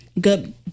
good